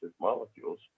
molecules